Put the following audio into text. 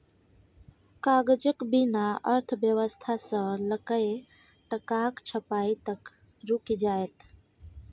कागजक बिना अर्थव्यवस्था सँ लकए टकाक छपाई तक रुकि जाएत